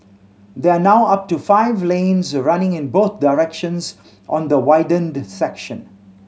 there are now up to five lanes running in both directions on the widened section